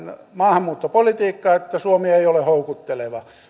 maahanmuuttopolitiikka että suomi ei ole houkutteleva